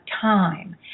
time